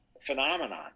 phenomenon